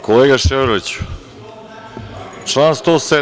Kolega Ševarliću, član 107.